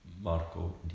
Marco